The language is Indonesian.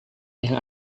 yang